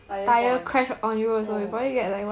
tire fall on you on my god